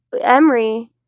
Emery